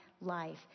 life